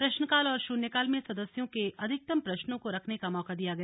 प्रश्नकाल और शून्यकाल में सदस्यों के अधिकतम प्रश्नों को रखने का मौका दिया गया